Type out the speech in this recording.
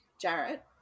jarrett